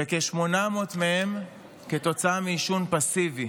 כ-800 מהם כתוצאה מעישון פסיבי.